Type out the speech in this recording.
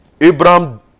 Abraham